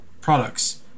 products